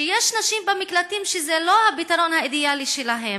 שיש נשים במקלטים שזה לא הפתרון האידיאלי להן,